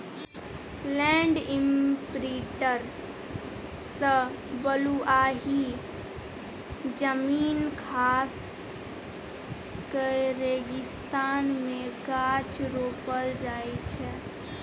land imprinter सँ बलुआही जमीन खास कए रेगिस्तान मे गाछ रोपल जाइ छै